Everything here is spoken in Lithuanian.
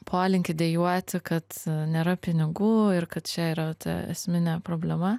polinkį dejuoti kad nėra pinigų ir kad čia yra ta esminė problema